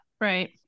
Right